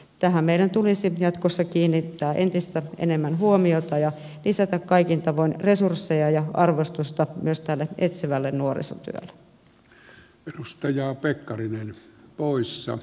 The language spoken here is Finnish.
tähän meidän tulisi jatkossa kiinnittää entistä enemmän huomiota ja lisätä kaikin tavoin resursseja ja arvostusta myös tälle etsivälle nuorisotyölle